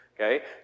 okay